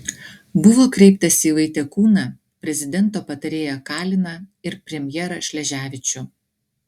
buvo kreiptasi į vaitekūną prezidento patarėją kaliną ir premjerą šleževičių